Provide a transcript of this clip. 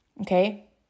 Okay